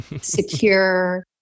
secure